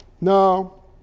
No